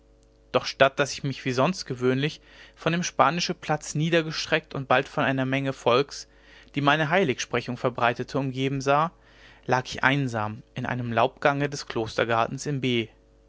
doch statt daß ich mich sonst gewöhnlich auf dem spanischen platz niedergestreckt und bald von einer menge volks die meine heiligsprechung verbreitete umgeben sah lag ich einsam in einem laubgange des klostergartens in b